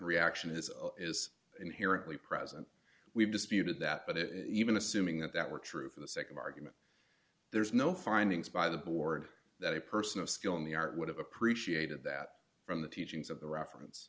reaction is is inherently present we've disputed that but it even assuming that that were true for the sake of argument there's no findings by the board that a person of skill in the art would have appreciated that from the teachings of the reference